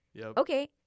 Okay